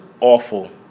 awful